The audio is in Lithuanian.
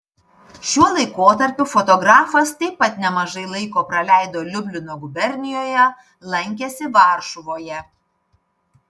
šiuo laikotarpiu fotografas taip pat nemažai laiko praleido liublino gubernijoje lankėsi varšuvoje